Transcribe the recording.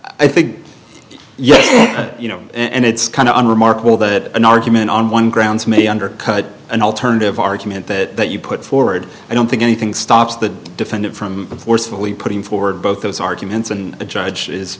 i think yes you know and it's kind of unremarkable that an argument on one grounds may undercut an alternative argument that you put forward i don't think anything stops the defendant from forcibly putting forward both those arguments and the judge is